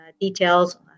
details